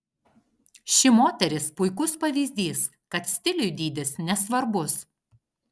ši moteris puikus pavyzdys kad stiliui dydis nesvarbus